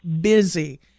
busy